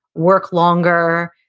work longer,